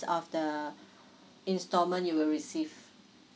of the installment you will receive